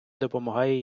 допомагає